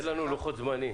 תן לנו לוחות זמנים